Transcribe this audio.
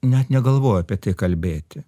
net negalvoju apie tai kalbėti